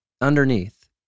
underneath